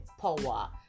power